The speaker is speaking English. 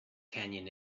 canyon